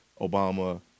Obama